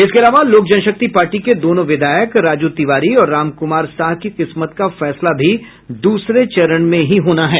इसके अलावा लोक जनशक्ति पार्टी के दोनों विधायक राजू तिवारी और रामकुमार साह की किस्मत का फैसला भी इसी चरण में होना है